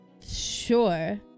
Sure